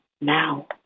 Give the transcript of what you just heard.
now